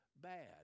bad